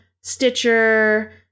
stitcher